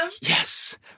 Yes